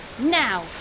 Now